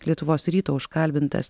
lietuvos ryto užkalbintas